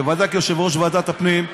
בוודאי כיושב-ראש ועדת הפנים,